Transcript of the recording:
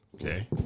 Okay